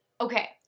Okay